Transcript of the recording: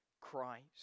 Christ